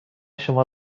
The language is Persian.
شما